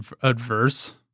adverse